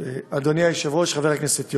אדוני היושב-ראש, חבר הכנסת יונה,